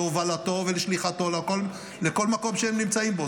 להובלתו ולשליחתו לכל מקום שהם נמצאים בו.